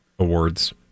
awards